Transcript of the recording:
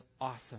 awesome